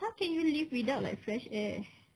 how can you live without like fresh air